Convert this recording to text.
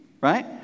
Right